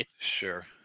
Sure